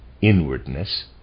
inwardness